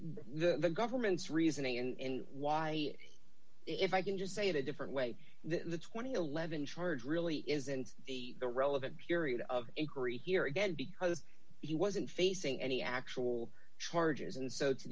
the the government's reasoning and why if i can just say it a different way than the twenty levin charge really isn't the the relevant period of inquiry here again because he wasn't facing any actual charges and so to